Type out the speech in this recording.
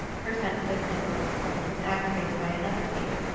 her sensitiveness on this point was aggravated by another fear,